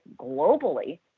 globally